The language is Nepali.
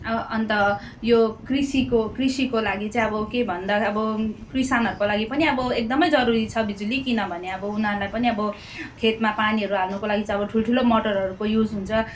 अब अन्त यो कृषिको कृषिको लागि चाहिँ अब के भन्दा अब किसानहरूको लागि पनि अब एकदमै जरुरी छ बिजुली किनभने अब उनीहरूलाई पनि अब खेतमा पानीहरू हाल्नुको चाहिँ अब ठुल्ठुलो मोटरहरूको युज हुन्छ